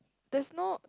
there's no